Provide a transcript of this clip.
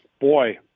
boy